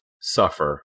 suffer